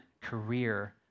career